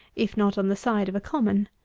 if not on the side of a common.